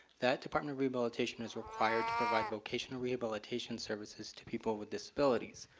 that department of rehabilitation is required to provide vocational rehabilitation services to people with disabilities.